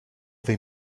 they